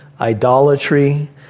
idolatry